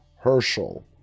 Herschel